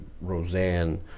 Roseanne